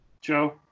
Joe